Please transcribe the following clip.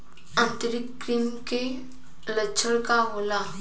आंतरिक कृमि के लक्षण का होला?